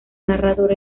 narrador